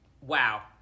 Wow